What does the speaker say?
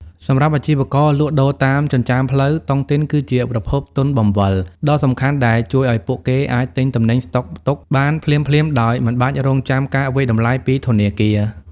សម្រាប់អាជីវករលក់ដូរតាមចិញ្ចើមផ្លូវ តុងទីនគឺជាប្រភព "ទុនបង្វិល" ដ៏សំខាន់ដែលជួយឱ្យពួកគេអាចទិញទំនិញស្តុកទុកបានភ្លាមៗដោយមិនបាច់រង់ចាំការវាយតម្លៃពីធនាគារ។